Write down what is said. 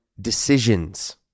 decisions